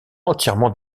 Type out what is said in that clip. entièrement